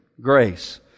Grace